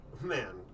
man